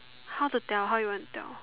how to tell how you want to tell